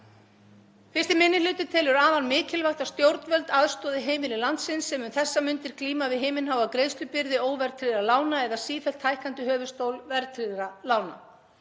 Fyrsti minni hluti telur afar mikilvægt að stjórnvöld aðstoði heimili landsins sem um þessar mundir glíma við himinháa greiðslubyrði óverðtryggðra lána eða sífellt hækkandi höfuðstól verðtryggðra lána.